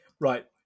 right